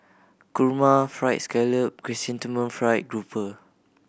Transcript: kurma Fried Scallop Chrysanthemum Fried Grouper